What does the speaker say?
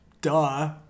duh